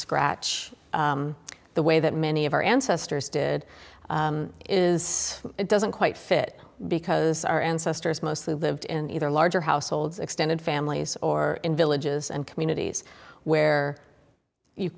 scratch the way that many of our ancestors did is it doesn't quite fit because our ancestors mostly lived in either larger households extended families or in villages and communities where